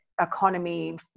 economy